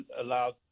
allowed